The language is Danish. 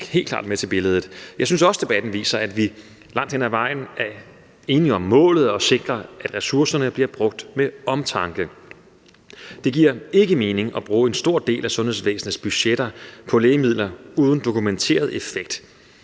Jeg synes også, at debatten viser, at vi langt hen ad vejen er enige om målet og om at sikre, at ressourcerne bliver brugt med omtanke. Det giver ikke mening at bruge en stor del af sundhedsvæsenets budget på lægemidler, der er uden dokumenteret effekt.